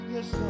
Yes